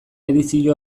edizio